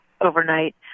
overnight